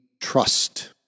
trust